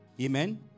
Amen